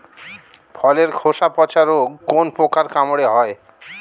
ফলের খোসা পচা রোগ কোন পোকার কামড়ে হয়?